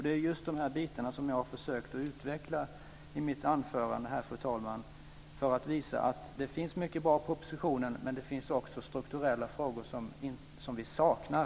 Det är just dessa bitar som jag har försökt att utveckla i mitt anförande, fru talman, för att visa att det finns mycket bra i propositionen men att vi också saknar vissa strukturella frågor.